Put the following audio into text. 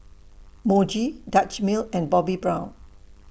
Muji Dutch Mill and Bobbi Brown